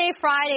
Friday